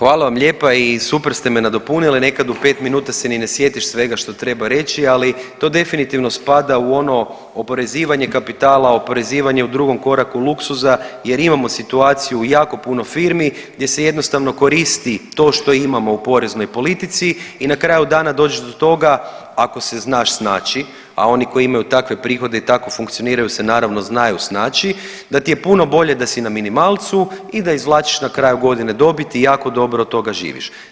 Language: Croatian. Hvala vam lijepa i super ste me nadopunili, nekad u pet minuta se ni ne sjetiš svega što treba reći, ali to definitivno spada u ono oporezivanje kapitala, oporezivanje u drugom koraku luksuza jer imamo situaciju u jako puno firmi gdje se jednostavno koristi to što imamo u poreznoj politici i na kraju dana dođeš do toga ako se znaš snaći, a oni koji imaju takve prihode i tako funkcioniraju se naravno znaju snaći, da ti je puno bolje da si na minimalcu i da izvlačiš na kraju godine dobit i jako dobro do toga živiš.